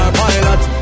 pilot